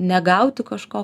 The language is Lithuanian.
negauti kažko